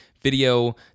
video